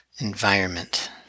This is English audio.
environment